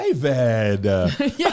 David